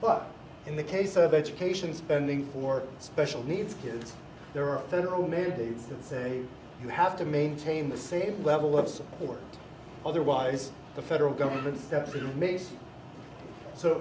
but in the case of education spending for special needs kids there are federal mandates that say you have to maintain the same level of support otherwise the federal government steps in a maze so